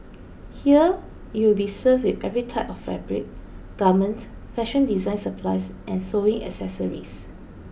here you will be served every type of fabric garment fashion design supplies and sewing accessories